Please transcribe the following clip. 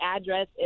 address